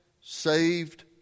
saved